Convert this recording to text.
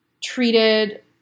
treated